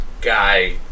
guy